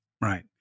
Right